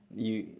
you